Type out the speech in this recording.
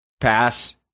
pass